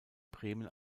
bremen